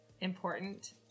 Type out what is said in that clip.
important